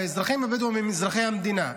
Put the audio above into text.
האזרחים והבדואים הם אזרחי המדינה.